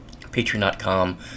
patreon.com